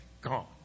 gone